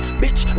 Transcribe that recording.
bitch